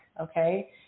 okay